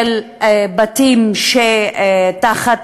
של בתים שתחת